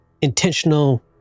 intentional